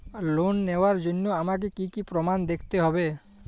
Loan নেওয়ার জন্য আমাকে কী কী প্রমাণ দেখতে হবে?